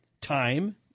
Time